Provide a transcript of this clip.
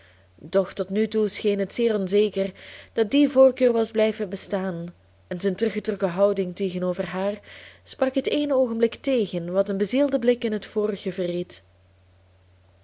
doch tot nog toe scheen het zeer onzeker dat die voorkeur was blijven bestaan en zijn teruggetrokken houding tegenover haar sprak het ééne oogenblik tegen wat een bezielde blik in het vorige verried